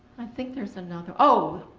i think there's another, oh.